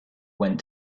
went